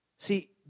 See